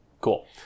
Cool